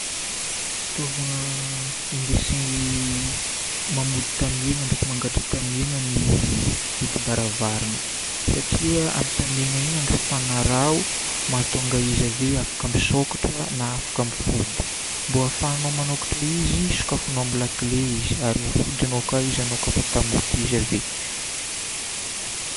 Fitaovagna indesigna mamody tamiana ndraiky mangatra tamiana ny hidim-baravarana. Satria amin'ny tamiana igny misy fanarao matônga izy ave afaka misokatra na afaka mifody. Mbô hahafahanao manokatra izy, sokafanao amin'ny lakile izy. Ary afodinao koa izy anao ka efa ta hamody izy ave.